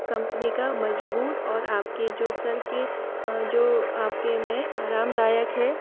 company का मज़बूत और आपके जो सिर के जो आपके में आरामदायक है